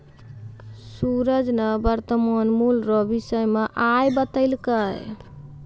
सूरज ने वर्तमान मूल्य रो विषय मे आइ बतैलकै